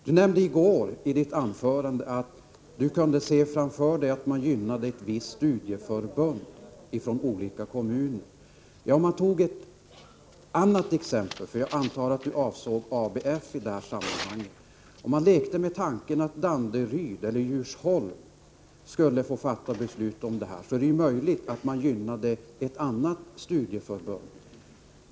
Per Unckel sade i sitt anförande i går att han kunde se framför sig att olika kommuner gynnade ett visst studieförbund. Jag antar att han i det sammanhanget avsåg ABF. Om i stället — jag leker med den tanken — Danderyd eller Djursholm skulle få fatta beslut om det här är det möjligt att de skulle gynna ett annat studieförbund.